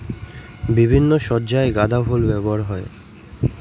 বিভিন্ন সজ্জায় গাঁদা ফুল ব্যবহার হয়